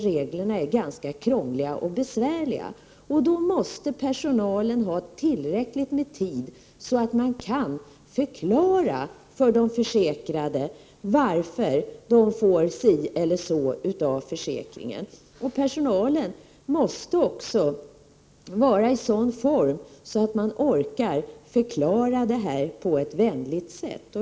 Reglerna är ganska krångliga och besvärliga, och därför måste personalen ha tillräckligt med tid för att kunna förklara för de försäkrade varför de får just den ersättning som de får. Personalen måste också vara i så god form att den orkar förklara det här på ett vänligt sätt.